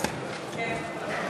העונשין (תיקון,